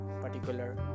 particular